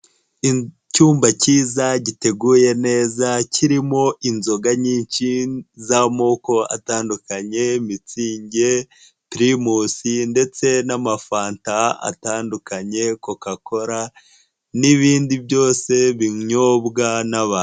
Icyumba kiza giteguye neza kirimo inzoga nyinshi z'amoko atandukanye, mitsingi pirimusi ndetse n'amafanta atandukanye, coca cola n'ibindi byose binyobwa n'abantu.